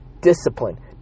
discipline